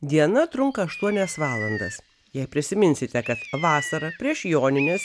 diena trunka aštuonias valandas jei prisiminsite kad vasarą prieš jonines